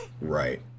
right